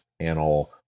panel